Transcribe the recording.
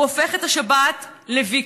הוא הופך את השבת לוויכוח,